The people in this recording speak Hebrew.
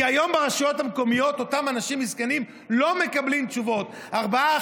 כי היום ברשויות המקומיות אותם אנשים מסכנים לא מקבלים תשובות ארבעה,